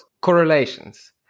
correlations